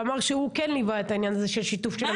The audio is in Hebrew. ואמר שהוא כן ליווה את העניין הזה של שיתוף של המגזר הערבי.